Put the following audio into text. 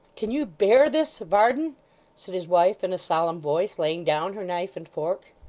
can you bear this, varden said his wife in a solemn voice, laying down her knife and fork.